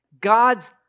God's